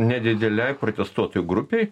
nedidelei protestuotojų grupei